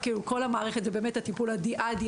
כי כל המערכת זה באמת הטיפול הדיאדי.